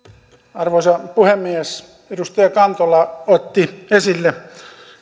arvoisa puhemies edustaja kantola otti esille